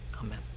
amen